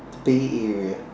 the Bay area